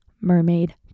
Mermaid